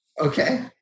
Okay